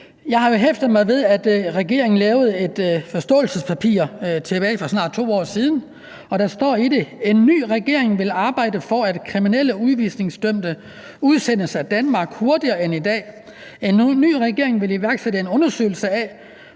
Jeg har jo hæftet mig ved, at regeringen lavede et forståelsespapir tilbage for snart 2 år siden, og der står i det: En ny regering vil arbejde for, at kriminelle og udvisningsdømte udsendes af Danmark hurtigere end i dag. En ny regering vil iværksætte en undersøgelse af,